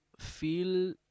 Feel